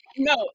No